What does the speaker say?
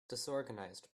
disorganized